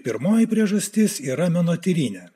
pirmoji priežastis yra mano tėvynę